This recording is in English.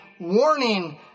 warning